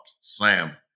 slam